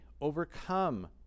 overcome